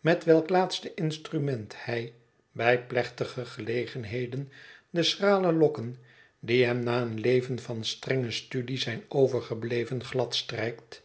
met welk laatste instrument hij bij plechtige gelegenheden de schrale lokken die hem na een leven van strenge studie zijn overgebleven gladstrijkt